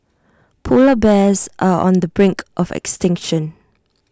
Polar Bears are on the brink of extinction